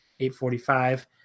845